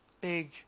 big